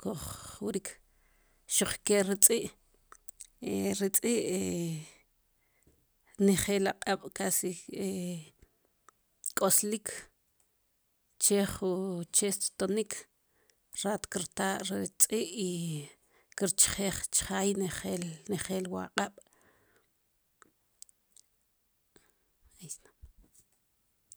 q'e kuj wrik xuq'ke ri tz'i ri tz'i njel aq'ab' casi koslik che ju che tonik rat kerta ri tz'i i kerchej chijaj njel njel wu aq'ab'